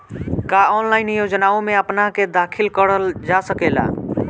का ऑनलाइन योजनाओ में अपना के दाखिल करल जा सकेला?